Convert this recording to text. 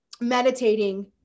meditating